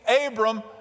Abram